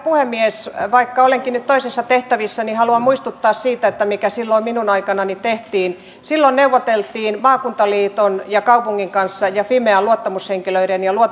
puhemies vaikka olenkin nyt toisissa tehtävissä haluan muistuttaa siitä mitä silloin minun aikanani tehtiin silloin neuvoteltiin maakuntaliiton ja kaupungin kanssa sekä fimean luottamushenkilöiden ja